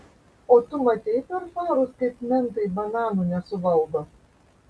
o tu matei per farus kaip mentai bananų nesuvaldo